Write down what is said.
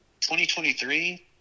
2023